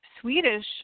Swedish